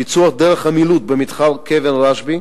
ביצוע דרך המילוט במתחם קבר הרשב"י